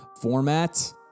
format